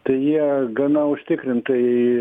tai jie gana užtikrintai